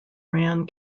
ran